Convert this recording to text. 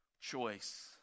choice